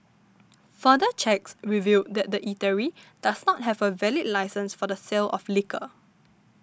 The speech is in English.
further checks revealed that the eatery does not have a valid licence for the sale of liquor